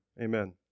amen